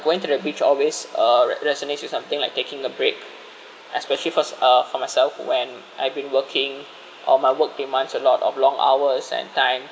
going to the beach always a re~ resignation something like taking a break especially cause uh for myself when I've been working all my work demands a lot of long hours and time